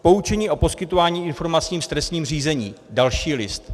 Poučení o poskytování informací v trestním řízení: další list.